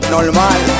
Normal